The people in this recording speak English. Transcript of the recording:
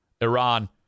Iran